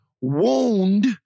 wound